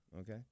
Okay